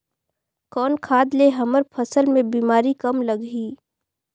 कौन खाद ले हमर फसल मे बीमारी कम लगही?